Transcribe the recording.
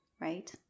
right